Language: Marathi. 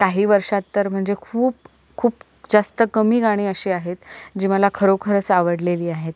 काही वर्षात तर म्हणजे खूप खूप जास्त कमी गाणी अशी आहेत जी मला खरोखरच आवडलेली आहेत